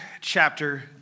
chapter